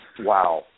wow